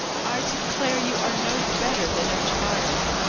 i declare you are no better than a child!